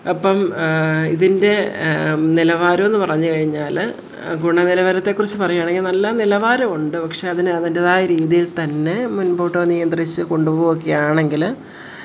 അപ്പം ഇതിൻ്റെ നിലവാരമെന്ന് പറഞ്ഞ്കഴിഞ്ഞാൽ ഗുണനിലവാരത്തെകുറിച്ച് പറയുവാണെങ്കിൽ നല്ല നിലവാരമുണ്ട് പക്ഷേ അതിനെ അതിൻ്റെതായ രീതിയിൽ തന്നെ മുൻപോട്ട് നിയന്ത്രിച്ച് കൊണ്ടുപോവുകയാണെങ്കിൽ